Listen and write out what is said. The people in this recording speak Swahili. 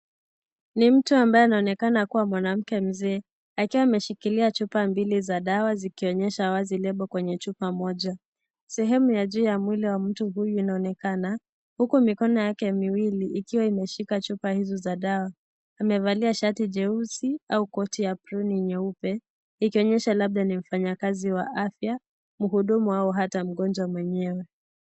Ni mtu anayeonekana kuwa mwanamke mzee akiwa ameshikilia chupa mbili za dawa zikionyesha wazi lebo kwenye chupa mmoja sehemu ya juu ya mwili wa mtu huyu vinaonekana huku mikono yake miwili ikiwa imeshika chupa hizo za dawa amevalia shati jeusi au koti ya aproni nyeupe ikionyesha labda ni mfanyikazi wa afya mhudumu au hata mgonjwa mwenyewe.